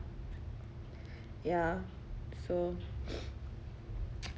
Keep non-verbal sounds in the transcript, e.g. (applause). ya so (breath) (noise)